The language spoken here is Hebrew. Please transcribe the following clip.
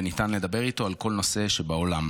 וניתן לדבר איתו על כל נושא שבעולם.